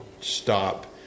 stop